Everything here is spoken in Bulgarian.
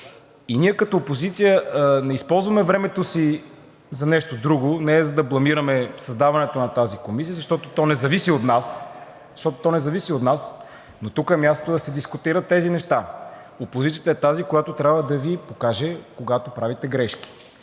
Ние като опозиция не използваме времето си за нещо друго, не за да бламираме създаването на тази комисия (смях от „Продължаваме Промяната“), защото то не зависи от нас, но тук е мястото да се дискутират тези неща. Опозицията е тази, която трябва да Ви каже, когато правите грешки.